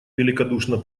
великодушно